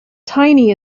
tiny